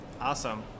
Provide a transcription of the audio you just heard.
awesome